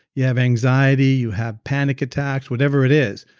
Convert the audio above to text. you have anxiety, you have panic attacks, whatever it is,